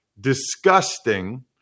disgusting